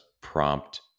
prompt